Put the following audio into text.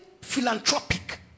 philanthropic